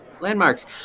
landmarks